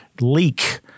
leak